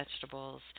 vegetables